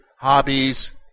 hobbies